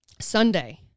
Sunday